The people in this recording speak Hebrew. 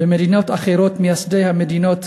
במדינות אחרות מייסדי המדינות